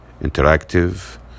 interactive